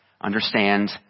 understand